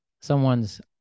someone's